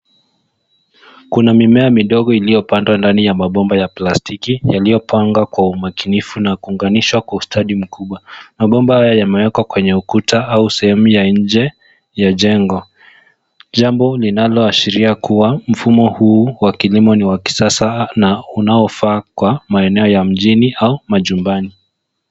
Kuna mimea midogo iliyopandwa ndani ya mabomba ya plastiki yaliyopangwa kwa umakinifu na kuunganishwa kwa ustadi mkubwa. Mabomba haya yamewekwa kwenye ukuta au sehemu ya nje ya jengo. Jambo linaloashiria kuwa mfumo huu wa kilimo ni wa kisasa na unaofaa kwa maeneo ya mjini au majumbani.